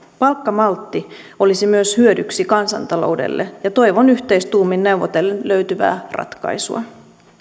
palkkamaltti olisi myös hyödyksi kansantaloudelle ja toivon yhteistuumin neuvotellen löytyvää ratkaisua